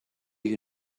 you